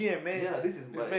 ya this is my